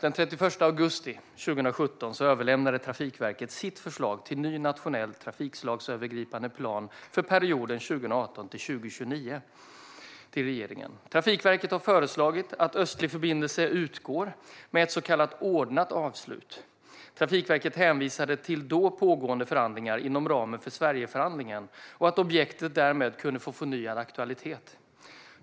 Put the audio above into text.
Den 31 augusti 2017 överlämnade Trafikverket sitt förslag till ny nationell trafikslagsövergripande plan för perioden 2018-2029 till regeringen. Trafikverket har föreslagit att Östlig förbindelse utgår med ett så kallat ordnat avslut. Trafikverket hänvisade till då pågående förhandlingar inom ramen för Sverigeförhandlingen och att objektet därmed kunde få förnyad aktualitet.